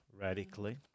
radically